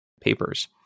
papers